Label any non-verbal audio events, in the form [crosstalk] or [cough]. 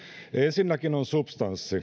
ensinnäkin on substanssi [unintelligible]